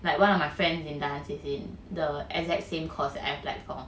like one of my friends in dance it's in the exact same course I applied for